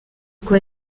uko